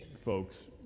folks